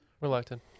Reluctant